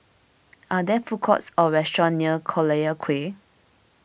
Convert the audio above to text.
are there food courts or restaurants near Collyer Quay